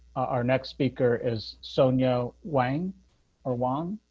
our next speaker is sonia wang ah wang